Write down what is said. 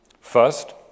First